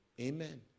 Amen